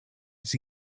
its